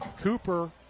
Cooper